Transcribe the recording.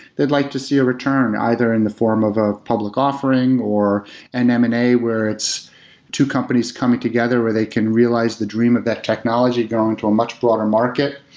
they'd like to see a return either in the form of ah public offering or an m and a where it's two companies coming together where they can realize the dream of that technology going to a much broader market.